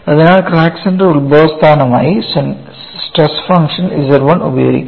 അതിനാൽ crack centre ഉത്ഭവസ്ഥാനമായി stress function Z 1 ഉപയോഗിക്കുക